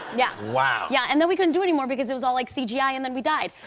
yeah. wow. yeah and then we couldn't do anymore because it was all, like, cgi ah and then we died